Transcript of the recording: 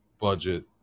budget